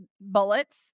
bullets